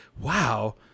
wow